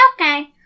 Okay